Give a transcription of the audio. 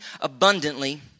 abundantly